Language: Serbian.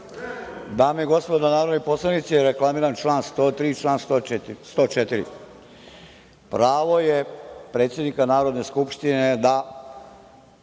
Dame i gospodo narodni poslanici, reklamiram čl. 103. i 104.Pravo je predsednika Narodne skupštine da